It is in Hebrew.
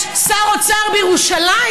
יש שר אוצר בירושלים,